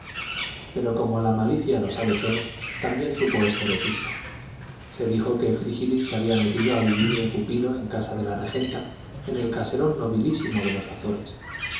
pero como la malicia lo sabe todo también supo esto vetusta se dijo que frígilis se había metido a vivir de pupilo en casa de la regenta en el caserón nobilísimo de los